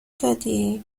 دادی